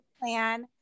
plan